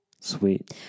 Sweet